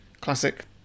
Classic